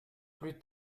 plus